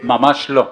ממש לא.